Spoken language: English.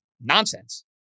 nonsense